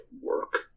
work